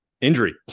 injury